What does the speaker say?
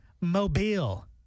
Mobile